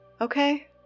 okay